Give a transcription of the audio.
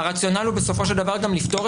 הרציונל הוא בסופו של דבר גם לפתור